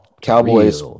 Cowboys